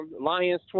Lions